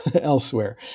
elsewhere